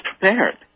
prepared